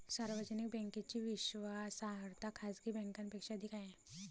सार्वजनिक बँकेची विश्वासार्हता खाजगी बँकांपेक्षा अधिक आहे